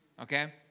okay